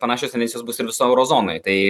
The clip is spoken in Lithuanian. panašios misijos bus ir visoj euro zonoj tai